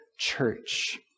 church